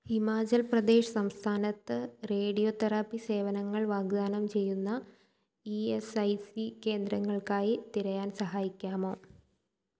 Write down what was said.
ഹിമാചൽ പ്രദേശ് സംസ്ഥാനത്ത് radio therapy സേവനങ്ങൾ വാഗ്ദാനം ചെയ്യുന്ന ഇ എസ് ഐ സി കേന്ദ്രങ്ങൾക്കായി തിരയാൻ സഹായിക്കാമോ